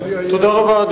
תודה רבה.